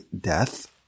death